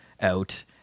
out